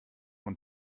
und